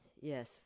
Yes